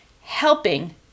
helping